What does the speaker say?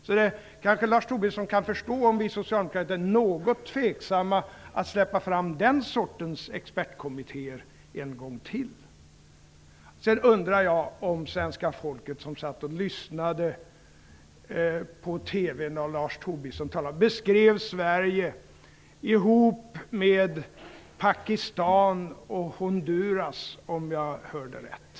Lars Tobisson kan således kanske förstå om vi socialdemokrater är något tveksamma att släppa fram den sortens expertkommitté en gång till. Sedan undrar jag vad de av svenska folket tycker som satt och följde TV och hörde Lars Tobisson beskriva Sverige ihop med Pakistan och Honduras, om jag hörde rätt.